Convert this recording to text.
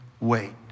wait